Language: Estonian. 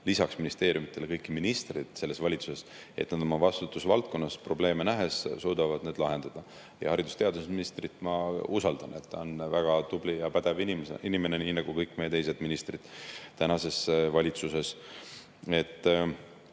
kõiki ministeeriume ja kõiki ministreid selles valitsuses, et nad suudavad oma vastutusvaldkonnas probleeme näha ja need lahendada. Haridus- ja teadusministrit ma usaldan. Ta on väga tubli ja pädev inimene, nii nagu kõik meie teised ministrid tänases valitsuses.